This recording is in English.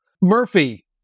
Murphy